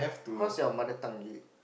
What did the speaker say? how's your mother tongue y~